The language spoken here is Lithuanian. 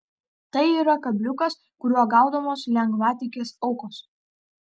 tai yra kabliukas kuriuo gaudomos lengvatikės aukos